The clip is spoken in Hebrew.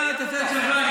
בסדר, אתה תעשה את שלך.